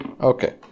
Okay